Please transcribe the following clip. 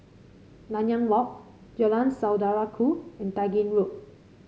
Nanyang Walk Jalan Saudara Ku and Tai Gin Road